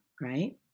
Right